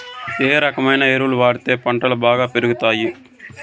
ఏ రకమైన ఎరువులు వాడితే పంటలు బాగా పెరుగుతాయి?